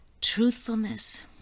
Truthfulness